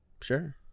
Sure